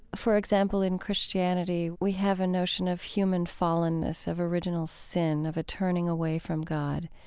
for example, in christianity, we have a notion of human fallenness, of original sin, of a turning away from god,